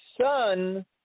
son